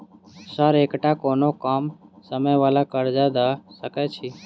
Sir एकटा कोनो कम समय वला कर्जा दऽ सकै छी?